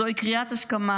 זוהי קריאת השכמה.